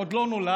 עוד לא נולד?